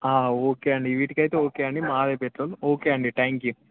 okay అండి వీటికైతే okay అండి మాది పెట్రోల్ ఓకే అండి త్యాంక్ యూ